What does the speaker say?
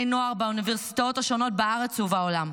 נוער ולאוניברסיטאות השונות בארץ ובעולם.